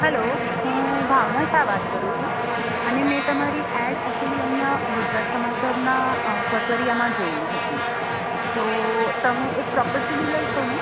hello હું ભાવના શાહ વાત કરું છું અને મેં તમારી એડ એકચૂલી અહીંયા ગુજરાત સમાચારના ફરફરિયામાં જોએલી હતી તો તમે એક પ્રોપર્ટી ડીલર છો ને